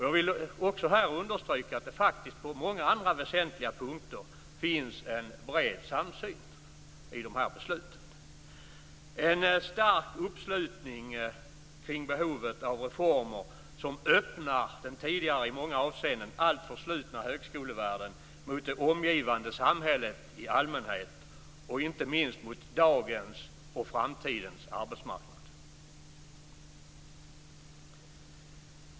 Jag vill också här understryka att det på många andra väsentliga punkter finns en bred samsyn i dessa beslut. Det finns en stark uppslutning kring behovet av reformer som öppnar den tidigare i många avseenden alltför slutna högskolevärlden mot det omgivande samhället i allmänhet och inte minst mot dagens och framtidens arbetsmarknad.